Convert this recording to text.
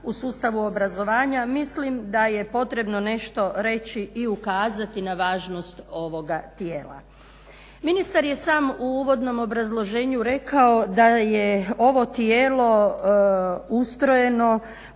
u sustavu obrazovanja, mislim da je potrebno nešto reći i ukazati na važnost ovoga tijela. Ministar je sam u uvodnom obrazloženju rekao da je ovo tijelo ustrojeno